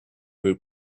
route